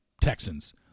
Texans